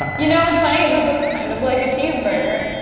you know what's funny? this is kind of like a cheeseburger.